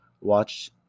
watch